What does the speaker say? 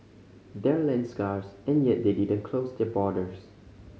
they're land scarce and yet they didn't close their borders